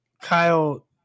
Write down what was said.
Kyle –